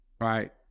right